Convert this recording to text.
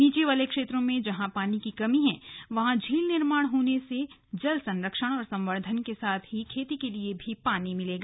नीचे वाले क्षेत्रों में जहां पानी की कमी है वहां झील निर्माण होने से जल संरक्षण और संवर्धन के साथ ही खेती के लिए भी पानी मिलेगा